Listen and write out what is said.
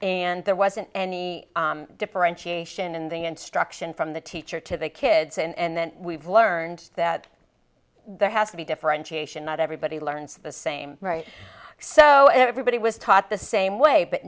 and there wasn't any differentiation in the instruction from the teacher to the kids and then we've learned that there has to be differentiation not everybody learns the same right so everybody was taught the same way but